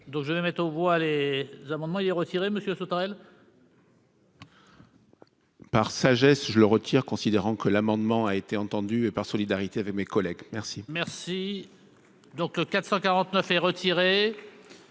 donc je vais mettre aux voix les amendements, il est retiré, monsieur souterraine. Par sagesse, je le retire, considérant que l'amendement a été entendu et par solidarité avec mes collègues, merci. Merci donc le 449 et retiré